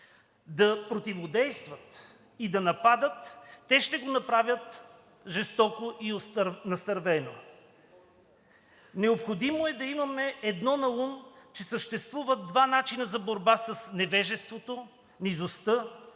да противодействат и да нападат, те ще го направят жестоко и настървено. Необходимо е да имаме едно наум, че съществуват два начина за борба с невежеството, низостта,